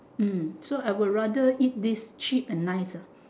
hmm so I would rather eat this cheap and nice ah